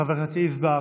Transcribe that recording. חברת הכנסת יזבק,